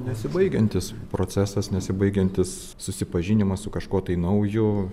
nesibaigiantis procesas nesibaigiantis susipažinimas su kažkuo tai nauju